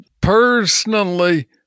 personally